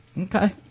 okay